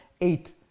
eight